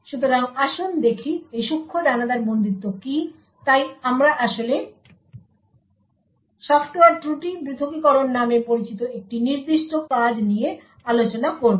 সুতরাং আসুন দেখি একটি সূক্ষ্ম দানাদার বন্দিত্ব কী তাই আমরা আসলে সফ্টওয়্যার ত্রুটি পৃথকীকরণ নামে পরিচিত একটি নির্দিষ্ট কাজ নিয়ে আলোচনা করব